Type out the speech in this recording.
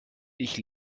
ich